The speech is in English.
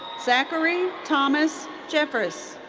zachary thomas jeffress.